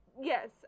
Yes